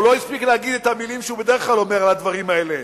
הוא לא הספיק להגיד את המלים שהוא בדרך כלל אומר על הדברים האלה.